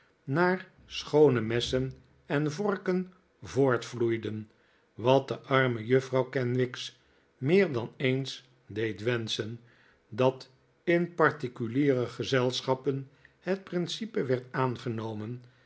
naar schoone messen en vorken voortvloeiden wat de arme juffrouw kenwigs meer dan eens deed wenschen dat in particuliere gezelschappen het principe werd aangenomen